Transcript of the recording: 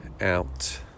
out